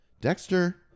dexter